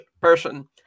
person